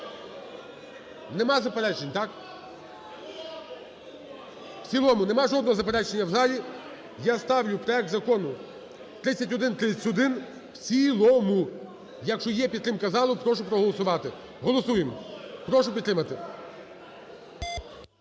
Немає заперечень, так? В цілому, немає жодного заперечення в залі. Я ставлю проект закону 3131 в цілому, якщо є підтримка залу, прошу проголосувати. Голосуємо. Прошу підтримати.